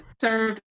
served